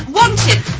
wanted